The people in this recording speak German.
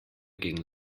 gegen